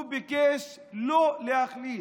הוא ביקש לא להכליל.